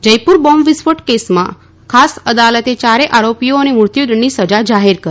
જયપુર બોંબવિસ્ફોટ કેસમાં ખાસ અદાલતે ચારેય આરોપીઓને મૃત્યુદંડની સજા જાહેર કરી